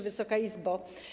Wysoka Izbo!